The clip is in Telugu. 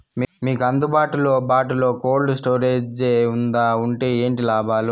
మీకు అందుబాటులో బాటులో కోల్డ్ స్టోరేజ్ జే వుందా వుంటే ఏంటి లాభాలు?